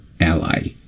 ally